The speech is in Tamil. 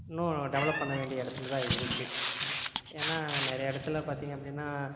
இன்னும் டெவெலப் பண்ண வேண்டிய இடத்துல தான் இருக்குது ஏன்னால் நிறைய இடத்துல பார்த்திங்க அப்படின்னா